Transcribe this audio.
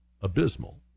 abysmal